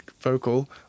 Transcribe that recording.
vocal